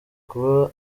kuba